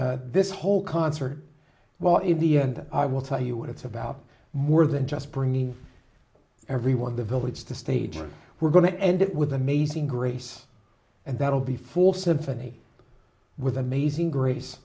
this whole concert well in the end i will tell you what it's about more than just bringing everyone the village the stage we're going to end it with amazing grace and that will be full symphony with amazing grace